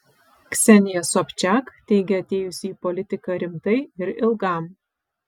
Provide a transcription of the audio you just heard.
ksenija sobčiak teigia atėjusi į politiką rimtai ir ilgam